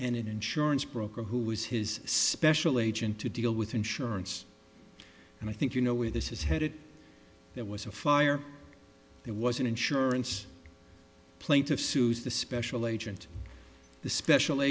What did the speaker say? and an insurance broker who was his special agent to deal with insurance and i think you know where this is headed there was a fire it was an insurance plaintiff sues the special agent the special